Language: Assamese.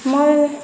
মই